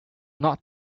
not